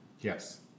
Yes